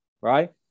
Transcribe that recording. right